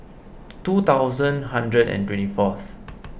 two thousand hundred and twenty fourth